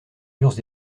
murs